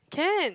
can